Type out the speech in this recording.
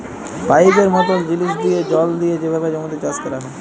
পাইপের মতল জিলিস দিঁয়ে জল দিঁয়ে যেভাবে জমিতে চাষ ক্যরা হ্যয়